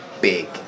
big